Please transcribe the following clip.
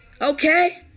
Okay